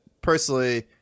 Personally